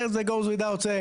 זה מובן מאליו.